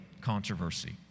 controversy